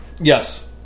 Yes